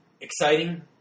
Exciting